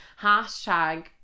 hashtag